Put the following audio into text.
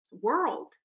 world